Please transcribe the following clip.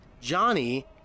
Johnny